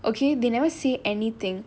okay they never say anything